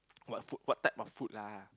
what food what type of food lah